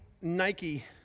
Nike